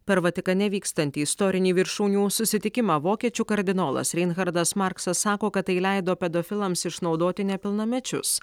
per vatikane vykstantį istorinį viršūnių susitikimą vokiečių kardinolas reinhardas marksas sako kad tai leido pedofilams išnaudoti nepilnamečius